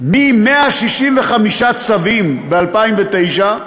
מ-165 צווים ב-2009,